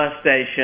station